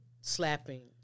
slapping